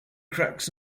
cracks